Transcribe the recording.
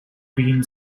been